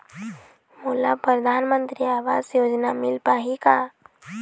मोला परधानमंतरी आवास योजना मिल पाही का?